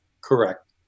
Correct